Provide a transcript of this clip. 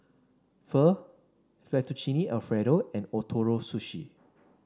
Pho Fettuccine Alfredo and Ootoro Sushi